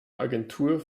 agentur